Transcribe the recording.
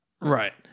Right